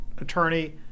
attorney